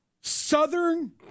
Southern